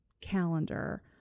calendar